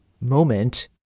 moment